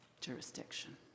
jurisdiction